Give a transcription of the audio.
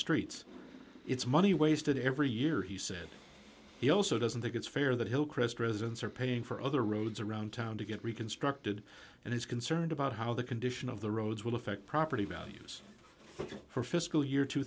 streets it's money wasted every year he said he also doesn't think it's fair that hillcrest residents are paying for other roads around town to get reconstructed and he's concerned about how the condition of the roads will affect property values for fiscal year two